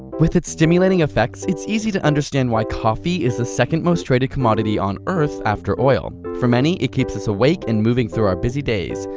with it's stimulating effects, it's easy to understand why coffee is the second most traded commodity on earth after oil. for many, it keeps us awake and moving through our busy days.